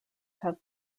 have